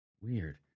Weird